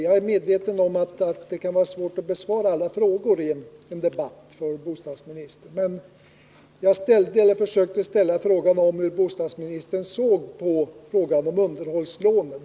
Jag är medveten om att det kan vara svårt för bostadsministern att besvara alla frågor i en debatt, men jag undrade hur bostadsministern ser på frågan om underhållslånen.